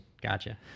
Gotcha